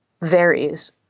varies